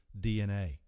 DNA